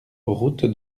route